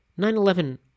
9-11